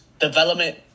development